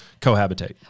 cohabitate